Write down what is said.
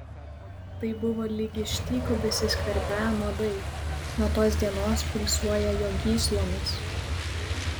tai buvo lyg iš tyko besiskverbią nuodai nuo tos dienos pulsuoją jo gyslomis